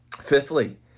Fifthly